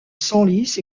senlis